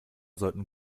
sollten